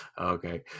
Okay